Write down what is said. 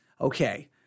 Okay